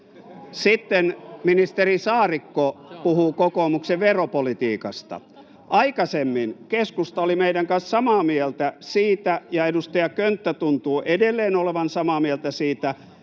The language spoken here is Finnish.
Sitten ministeri Saarikko puhuu kokoomuksen veropolitiikasta. Aikaisemmin keskusta oli meidän kanssamme samaa mieltä siitä — ja edustaja Könttä tuntuu edelleen olevan samaa mieltä siitä